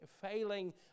failing